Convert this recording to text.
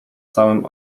całym